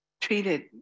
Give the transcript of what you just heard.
treated